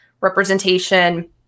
representation